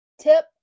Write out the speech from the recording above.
Tip